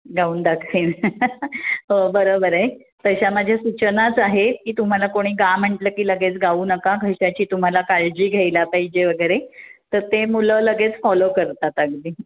गाऊन दाखवेन हो बरोबर आहे तशा माझ्या सूचनाच आहे की तुम्हाला कोणी गा म्हटलं की लगेच गाऊ नका घशाची तुम्हाला काळजी घ्यायला पाहिजे वगैरे तर ते मुलं लगेच फॉलो करतात अगदी